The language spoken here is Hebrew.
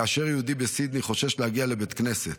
כאשר יהודי בסידני חושש להגיע לבית כנסת,